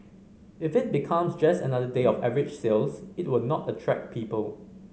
if it becomes just another day of average sales it will not attract people